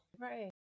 Right